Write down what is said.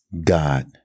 God